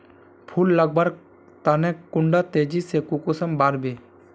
फुल लगवार तने कुंडा तेजी से कुंसम बार वे?